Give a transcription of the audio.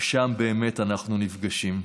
ושם באמת אנחנו נפגשים.